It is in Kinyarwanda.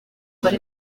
hari